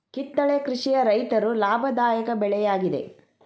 ಕಿತ್ತಳೆ ಕೃಷಿಯ ರೈತರು ಲಾಭದಾಯಕ ಬೆಳೆ ಯಾಗಿದೆ